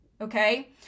okay